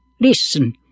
Listen